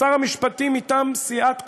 שר המשפטים מטעם סיעת כולנו,